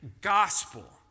gospel